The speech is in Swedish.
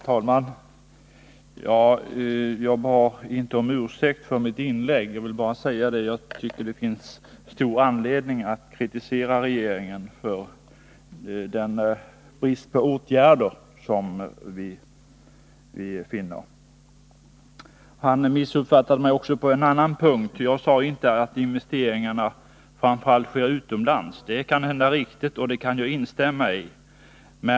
Herr talman! Jag bad inte om ursäkt för mitt inlägg. Jag tycker i stället att det finns stor anledning att kritisera regeringen för bristen på åtgärder som vi finner. Arbetsmarknadsministern missuppfattade mig också på en annan punkt. Jag sade inte att investeringarna framför allt sker utomlands. Kanske gör de det. I så fall kan jag instämma i uttalandet.